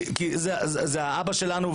כי זה האבא שלנו,